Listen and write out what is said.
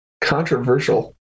Controversial